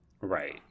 right